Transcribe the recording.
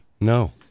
No